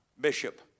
bishop